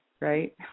right